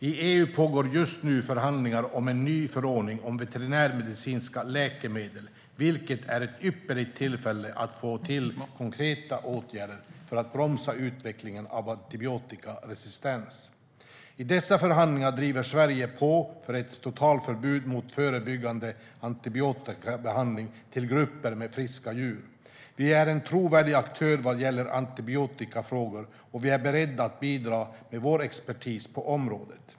I EU pågår just nu förhandlingar om en ny förordning om veterinärmedicinska läkemedel, vilket är ett ypperligt tillfälle att få till konkreta åtgärder för att bromsa utvecklingen av antibiotikaresistens. I dessa förhandlingar driver Sverige på för ett totalförbud mot förebyggande antibiotikabehandling till grupper med friska djur. Vi är en trovärdig aktör vad gäller antibiotikafrågor, och vi är beredda att bidra med vår expertis på området.